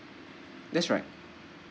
that's right